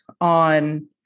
on